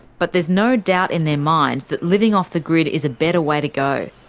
but there's no doubt in their mind that living off the grid is a better way to go,